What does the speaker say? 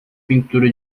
pintura